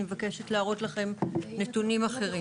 אני מבקשת להראות לכם נתונים אחרים.